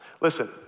Listen